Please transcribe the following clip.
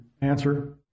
answer